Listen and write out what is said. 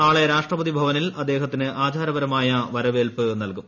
നാളെ രാഷ്ട്രപതി ഭവനിൽ അദ്ദേഹത്തിന് ആചാരപരമായ വരവേൽപ്പ് നൽകും